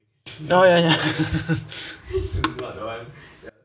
oh ya ya